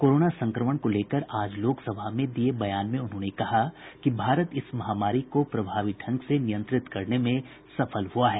corona संक्रमण को लेकर आज लोकसभा में दिये बयान में उन्होंने कहा कि भारत इस महामारी को प्रभावी ढंग से नियंत्रित करने में सफल हुआ है